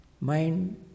mind